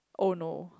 oh no